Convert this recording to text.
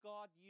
God